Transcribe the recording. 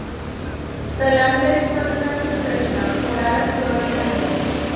स्थलांतरित मजुरांचे प्रश्न कोणालाच कळत नाही